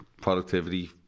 productivity